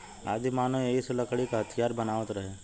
आदिमानव एही से लकड़ी क हथीयार बनावत रहे